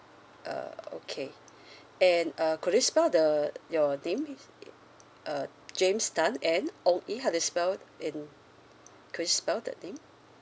uh okay and uh could you spell the your name please uh james tan and O_E how to spell in could you spell the name